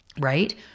right